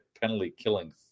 penalty-killing